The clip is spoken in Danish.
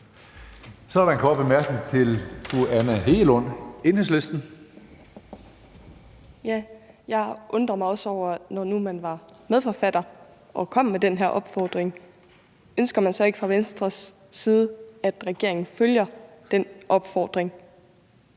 er der en kort bemærkning til fru Anne Hegelund, Enhedslisten. Kl. 14:38 Anne Hegelund (EL): Jeg undrer mig også. Når nu man var medforfatter og kom med den her opfordring, ønsker man så ikke fra Venstres side, at regeringen følger den opfordring?